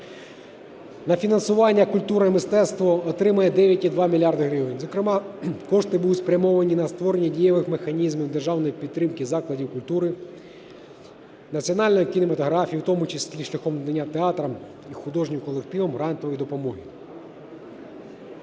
На фінансування культура і мистецтво отримає 9,2 мільярда гривень. Зокрема, кошти будуть спрямовані на створення дієвих механізмів державної підтримки закладів культури, національної кінематографії, в тому числі шляхом надання театрам і художнім колективам грантової допомоги.